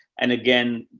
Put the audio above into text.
and again,